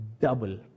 Double